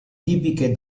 tipiche